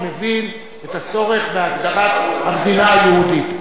אני מבין את הצורך בהגדרת המדינה היהודית.